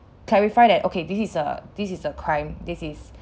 clarify that okay this is a this is a crime this is